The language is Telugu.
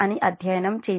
అని అధ్యయనం చేసాము